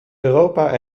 europa